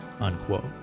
unquote